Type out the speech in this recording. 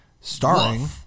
starring